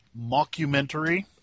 mockumentary